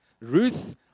Ruth